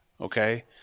okay